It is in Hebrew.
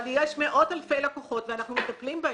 יש מאות אלפי לקוחות ואנחנו מטפלים בהם.